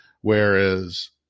Whereas